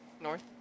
North